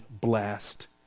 blessed